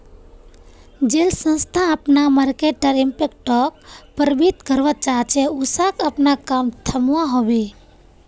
जेल संस्था अपना मर्केटर इम्पैक्टोक प्रबधित करवा चाह्चे उसाक अपना काम थम्वा होबे